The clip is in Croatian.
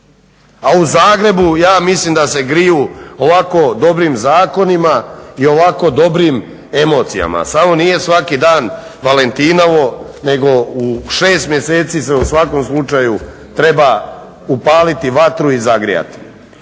A u Zagrebu ja mislim da se griju ovako dobrim zakonima i ovako dobrim emocijama, samo nije svaki dan Valentinovo nego se u 6 mjeseci se u svakom slučaju treba upaliti vatru i zagrijati.